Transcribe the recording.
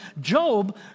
Job